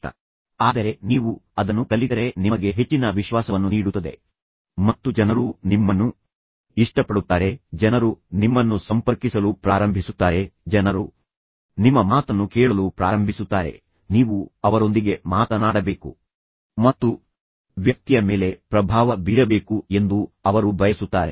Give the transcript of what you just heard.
ಆದರೆ ನೀವು ಅದನ್ನು ಕಲಿತರೆ ಮತ್ತು ಅದರಿಂದ ಗಳಿಸಿದರೆ ನೀವು ಅದನ್ನು ಹೊಂದಿದ್ದೀರಿ ಎಂದು ನಿಮಗೆ ತಿಳಿದಿದೆ ಮತ್ತು ಅದು ನಿಮಗೆ ಹೆಚ್ಚಿನ ವಿಶ್ವಾಸವನ್ನು ನೀಡುತ್ತದೆ ಮತ್ತು ಜನರು ನಿಮ್ಮನ್ನು ಇಷ್ಟಪಡುತ್ತಾರೆ ಜನರು ನಿಮ್ಮನ್ನು ಸಂಪರ್ಕಿಸಲು ಪ್ರಾರಂಭಿಸುತ್ತಾರೆ ಜನರು ನಿಮ್ಮ ಮಾತನ್ನು ಕೇಳಲು ಪ್ರಾರಂಭಿಸುತ್ತಾರೆ ಮತ್ತು ಜನರು ನಿಮ್ಮ ಹಿಂದೆ ಓಡುತ್ತಾರೆ ನೀವು ಅವರೊಂದಿಗೆ ಮಾತನಾಡಬೇಕು ಯಾರೊಂದಿಗಾದರೂ ಮಾತನಾಡಬೇಕು ಮತ್ತು ವ್ಯಕ್ತಿಯ ಮೇಲೆ ಪ್ರಭಾವ ಬೀರಬೇಕು ಎಂದು ಅವರು ಬಯಸುತ್ತಾರೆ